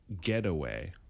getaway